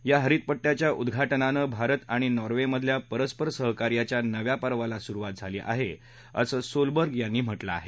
या हरित पड्याच्या उद्वाटनानं भारत आणि नॉर्वेमधल्या परस्पर सहकार्याच्या नव्या पर्वाला सुरुवात झाली आहे असं सोलबर्ग यांनी म्हटलं आहे